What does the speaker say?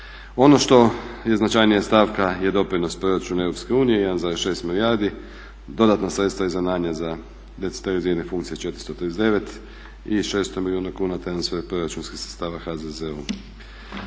Ono što je značajnija stavka je doprinos proračuna EU, 1,6 milijardi. Dodatna sredstva …/Govornik se ne razumije./… 439 i 600 milijuna kuna transfer proračunskih sredstava HZZO.